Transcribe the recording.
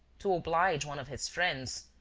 to oblige one of his friends,